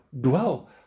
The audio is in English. dwell